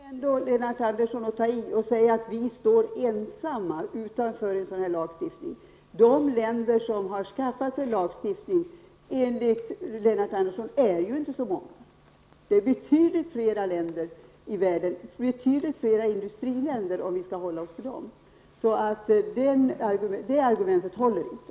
Fru talman! Det är väl ändå, Lennart Andersson, att ta i att säga att vi ensamma står utanför en sådan här lagstiftning. De länder som har skaffat en lagstiftning enligt Lennart Andersson är ju inte så många. Det finns betydligt fler länder i världen -- och betydligt fler industriländer, om vi skall hålla oss till dem. Så det argumentet håller inte.